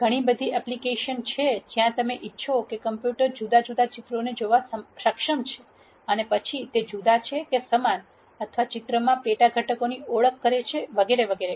ઘણી બધી એપ્લિકેશ નો છે જ્યાં તમે ઇચ્છો છો કે કમ્પ્યુટર જુદા જુદા ચિત્રોને જોવામાં સક્ષમ છે અને પછી તે જુદા છે કે સમાન અથવા ચિત્રમાં પેટા ઘટકોની ઓળખ કરે છે અને વગેરે